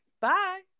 Bye